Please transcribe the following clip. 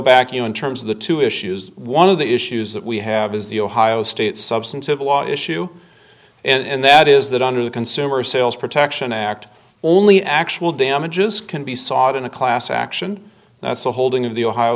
back you know in terms of the two issues one of the issues that we have is the ohio state substantive law issue and that is that under the consumer sales protection act only actual damages can be sought in a class action that's the holding of the ohio